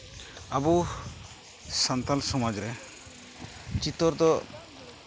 ᱟᱵᱚ ᱥᱟᱱᱛᱟᱞ ᱥᱚᱢᱟᱡᱽ ᱨᱮ ᱪᱤᱛᱟᱹᱨ ᱫᱚ